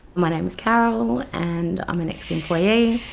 my name's carol and i'm an ex-employee